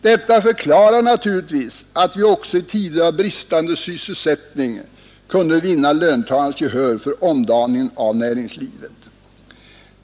Detta förklarar naturligtvis att vi också i tider av bristande sysselsättning kunde vinna löntagarnas gehör för omdaning av näringslivet.